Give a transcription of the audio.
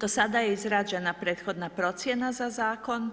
Do sada je izrađena prethodna procjena za zakon,